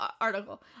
article